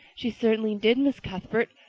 she certainly did, miss cuthbert,